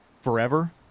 forever